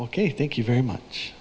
ok thank you very much